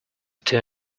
too